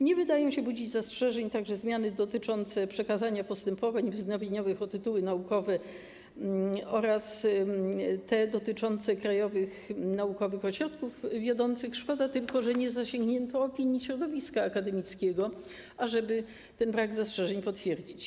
Nie wydają się budzić zastrzeżeń także zmiany dotyczące przekazania postępowań wznowieniowych o tytuły naukowe oraz te dotyczące wiodących krajowych ośrodków naukowych, szkoda tylko, że nie zasięgnięto opinii środowiska akademickiego, ażeby ten brak zastrzeżeń potwierdzić.